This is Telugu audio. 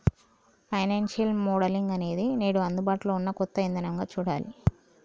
ఫైనాన్సియల్ మోడలింగ్ అనేది నేడు అందుబాటులో ఉన్న కొత్త ఇదానంగా చూడాలి